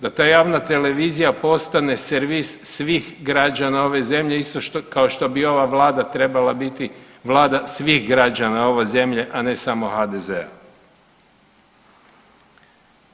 Da ta javna televizija postane servis svih građana ove zemlje isto kao što bi ova vlada trebala biti vlada svih građana ove zemlje, a ne samo HDZ-a.